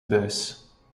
buis